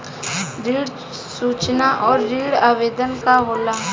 ऋण सूचना और ऋण आवेदन का होला?